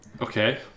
Okay